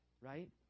Right